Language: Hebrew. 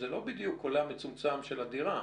זה לא בדיוק עולם מצומצם של הדירה.